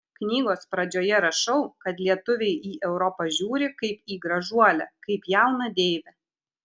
knygos pradžioje rašau kad lietuviai į europą žiūri kaip į gražuolę kaip jauną deivę